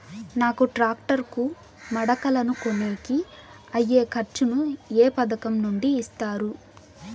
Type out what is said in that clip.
నాకు టాక్టర్ కు మడకలను కొనేకి అయ్యే ఖర్చు ను ఏ పథకం నుండి ఇస్తారు?